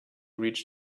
reach